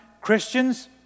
Christians